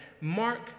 Mark